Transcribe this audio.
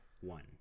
one